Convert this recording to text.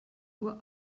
uhr